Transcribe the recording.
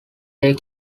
they